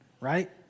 right